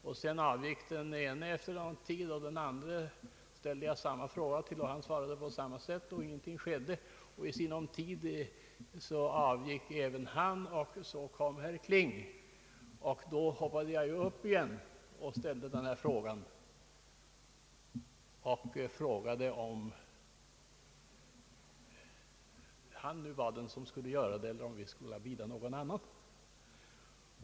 Den förste avgick efter någon tid. Jag ställde samma fråga till den andre justitieministern, och han svarade på samma sätt. Men ingenting skedde, och i sinom tid avgick även han. Så kom herr Kling. Då hoppade jag upp igen och ställde samma fråga för tredje gången och undrade om han var den som skulle göra det, eller om vi skulle bida någon annan.